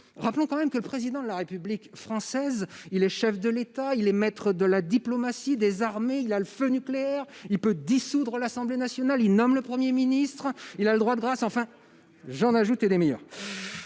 Rappelons tout de même que le Président de la République française est le chef de l'État ; il est maître de la diplomatie et des armées ; il dispose du feu nucléaire ; il peut dissoudre l'Assemblée nationale ; il nomme le Premier ministre ; il a le droit de grâce- j'en passe et des meilleures.